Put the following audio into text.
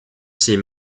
ses